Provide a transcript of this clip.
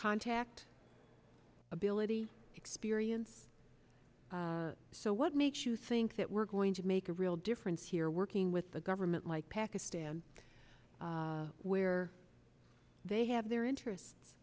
contact ability experience so what makes you think that we're going to make a real difference here working with the government like pakistan where they have their interests